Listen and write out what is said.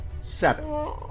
Seven